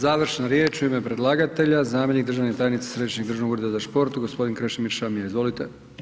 Završna riječ u ime predlagatelja, zamjenik državne tajnice Središnjeg državnog ureda za šport, g. Krešimir Šamija, izvolite.